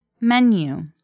Menu